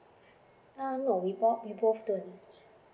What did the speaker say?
ah no we both we both don't